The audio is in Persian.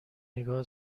نگاه